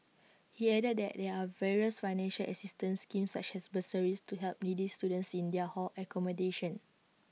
he added that there are various financial assistance schemes such as bursaries to help needy students in their hall accommodation